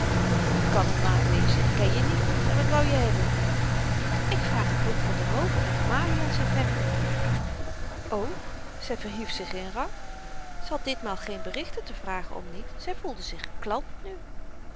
dat kan er na wezen ik ken je niet en wat wou je hebben ik vraag t boek van den roover en amalia zei femke o zy verhief zich in rang ze had ditmaal geen berichten te vragen om niet zy voelde zich klant nu